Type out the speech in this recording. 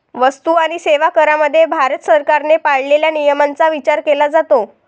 वस्तू आणि सेवा करामध्ये भारत सरकारने पाळलेल्या नियमांचा विचार केला जातो